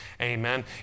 Amen